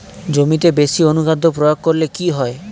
জমিতে বেশি অনুখাদ্য প্রয়োগ করলে কি হয়?